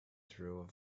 through